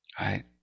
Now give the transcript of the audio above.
Right